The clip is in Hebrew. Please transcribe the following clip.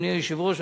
אדוני היושב-ראש,